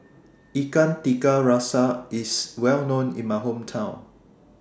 Ikan Tiga Rasa IS Well known in My Hometown